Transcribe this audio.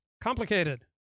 complicated